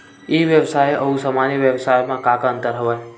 ई व्यवसाय आऊ सामान्य व्यवसाय म का का अंतर हवय?